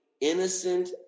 innocent